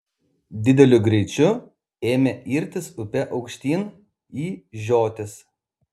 priešingai dideliu greičiu ėmė irtis upe aukštyn į žiotis